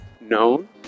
known